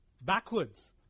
backwards